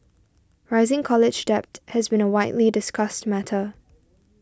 rising college debt has been a widely discussed matter